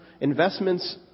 Investments